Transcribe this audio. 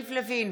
יריב לוין,